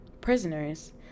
prisoners